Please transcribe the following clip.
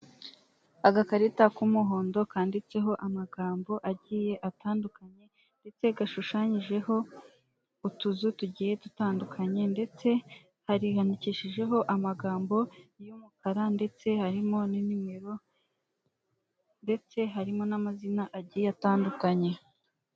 Agakarita k'umuhondo kanditseho amagambo agiye atandukanye iteka gashushanyijeho utuzu tugiye dutandukanye, ndetse hari hanikishijeho amagambo y'umukara ndetse harimo n'imimero ndetse harimo n'amazina agiye atandukanye.